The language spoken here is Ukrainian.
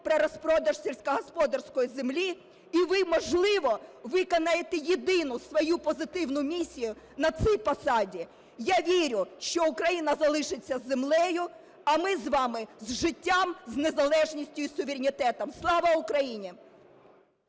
про розпродаж сільськогосподарської землі, і ви, можливо, виконаєте єдину свою позитивну місію на цій посаді. Я вірю, що Україна залишиться з землею, а ми з вами – з життям, з незалежністю і суверенітетом. Слава Україні!